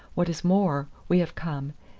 what is more, we have come,